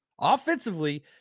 offensively